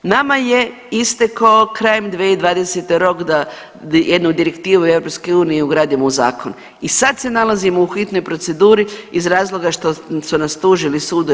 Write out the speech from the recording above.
Nama je istekao krajem 2020. rok da jednu direktivu EU ugradimo u zakon i sad se nalazimo u hitnoj proceduri iz razloga što su nas tužili sudu EU.